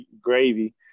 gravy